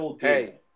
Hey